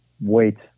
wait